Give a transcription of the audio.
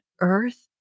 earth